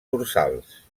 dorsals